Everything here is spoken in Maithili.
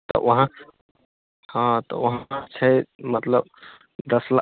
तऽ ओ वहाँ हाँ तऽ ओ वहाँ छै मतलब दस ला